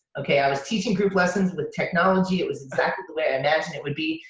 okay, i was teaching group lessons with technology. it was exactly the way i imagined it would be.